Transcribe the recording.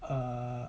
err